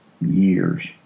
years